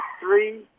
three